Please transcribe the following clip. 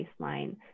baseline